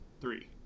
three